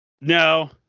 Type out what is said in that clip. No